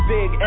Big